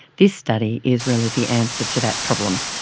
this study is really the answer to that problem,